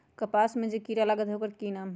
कपास में जे किरा लागत है ओकर कि नाम है?